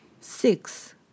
Six